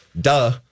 duh